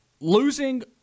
losing